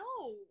No